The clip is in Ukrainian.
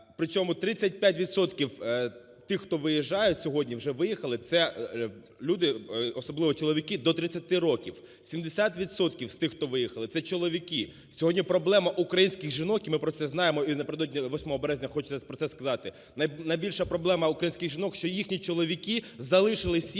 відсотків тих, хто виїжджають сьогодні і вже виїхали, – це люди, особливо чоловіки, до 30 років. 70 відсотків з тих, хто виїхали, – це чоловік. Сьогодні проблема українських жінок, і ми про це знаємо, і напередодні 8 Березня хочеться про це сказати, найбільша проблема українських жінок, що їхні чоловіки залишили сім'ї